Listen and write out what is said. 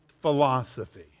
philosophy